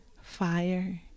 fire